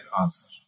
answer